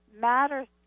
matters